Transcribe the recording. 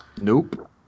Nope